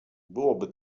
byłoby